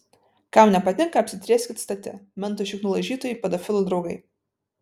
kam nepatinka apsitrieskit stati mentų šiknų laižytojai pedofilų draugai